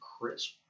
crisp